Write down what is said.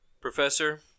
Professor